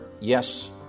yes